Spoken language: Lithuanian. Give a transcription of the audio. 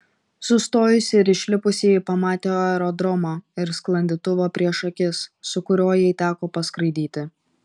sustojusi ir išlipusi ji pamatė aerodromą ir sklandytuvą prieš akis su kuriuo jai teko paskraidyti